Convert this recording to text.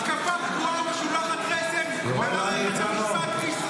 אתם מתירים את הדם שלה.